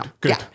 good